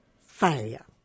failure